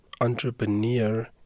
entrepreneur